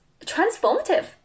transformative